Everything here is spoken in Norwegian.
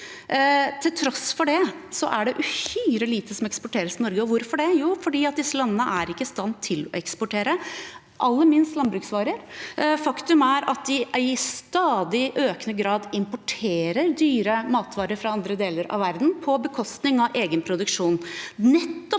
Til tross for det er det uhyre lite som eksporteres til Norge, og hvorfor det? Jo, fordi disse landene ikke er i stand til å eksportere, aller minst landbruksvarer. Faktum er at de i stadig økende grad importerer dyre matvarer fra andre deler av verden, på bekostning av egen produksjon.